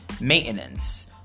maintenance